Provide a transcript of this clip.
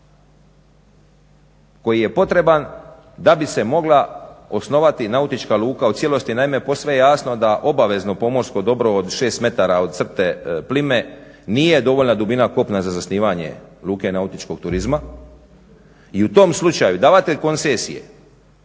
koji je potreban da bi se mogla osnovati nautička luka u cijelosti. Naime, posve je jasno da obavezno pomorsko dobro 6 metara od crte plime nije dovoljna dubina kopna za zasnivanje luke nautičkog turizma i u tom slučaju davatelj koncesije